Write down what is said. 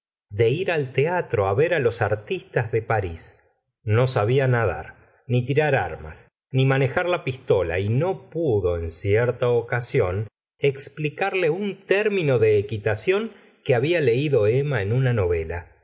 de ir al teatro ver los artistas de parís no sabía nadar ni tirar armas ni manejar la pistola y no pudo en cierta ocasión ex plicarle un término de equitación que había leído emma en una novela